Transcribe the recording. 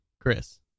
Chris